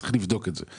צריך לבדוק את זה.